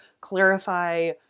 clarify